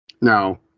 Now